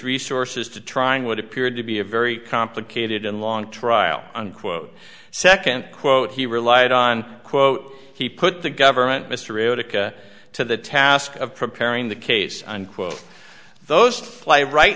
resources to trying what appeared to be a very complicated and long trial unquote second quote he relied on quote he put the government mr to the task of preparing the case unquote those fly right